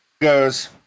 goes